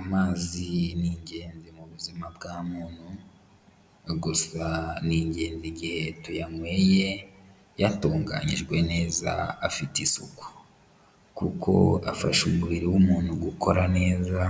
Amazi ni ingenzi mu buzima bwa muntu, gusa ni ingenzi igihe tuyanyweye yatunganyijwe neza afite isuku, kuko afasha umubiri w'umuntu gukora neza